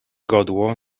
godło